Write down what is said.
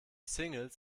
singles